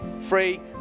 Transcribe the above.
free